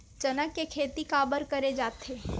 चना के खेती काबर करे जाथे?